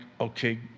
okay